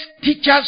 teachers